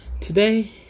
Today